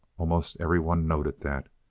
almost everyone noted that.